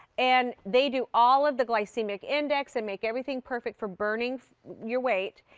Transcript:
and they do all of the glycemic index and make everything perfect for burning your weight.